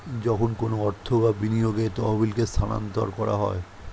যখন কোনো অর্থ বা বিনিয়োগের তহবিলকে স্থানান্তর করা হয়